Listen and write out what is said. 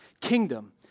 kingdom